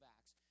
Acts